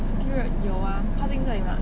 circuit road 有啊靠近这里吗